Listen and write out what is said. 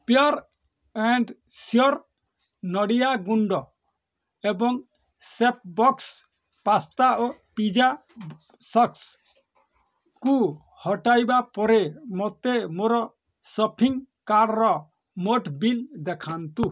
pure and sure ନଡ଼ିଆ ଗୁଣ୍ଡ ଏବଂ ସେପ୍ ବକ୍ସ ପାସ୍ତା ଓ ପିଜା ସସ୍କୁ ହଟାଇବା ପରେ ମୋତେ ମୋର ସପିଂ କାର୍ଡ଼ର ମୋଟ୍ ବିଲ୍ ଦେଖାନ୍ତୁ